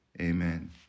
Amen